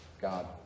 God